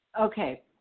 Okay